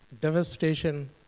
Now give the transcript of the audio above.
Devastation